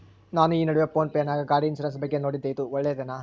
ನಾನು ಈ ನಡುವೆ ಫೋನ್ ಪೇ ನಾಗ ಗಾಡಿ ಇನ್ಸುರೆನ್ಸ್ ಬಗ್ಗೆ ನೋಡಿದ್ದೇ ಇದು ಒಳ್ಳೇದೇನಾ?